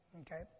Okay